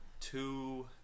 two